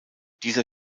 dieser